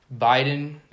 Biden